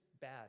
bad